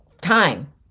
time